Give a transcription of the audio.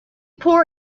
poor